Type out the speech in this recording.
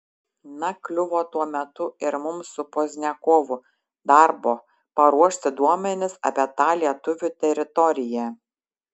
na kliuvo tuo metu ir mums su pozdniakovu darbo paruošti duomenis apie tą lietuvių teritoriją